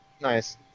nice